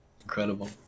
Incredible